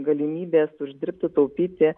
galimybės uždirbti taupyti